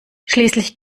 schließlich